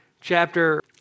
chapter